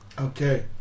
Okay